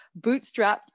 bootstrapped